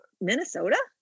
Minnesota